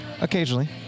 Occasionally